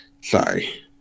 sorry